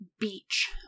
beach